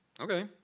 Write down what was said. Okay